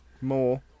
more